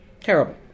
Terrible